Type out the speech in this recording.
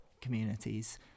communities